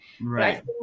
Right